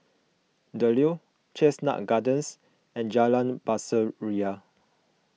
the Leo Chestnut Gardens and Jalan Pasir Ria